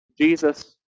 Jesus